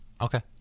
Okay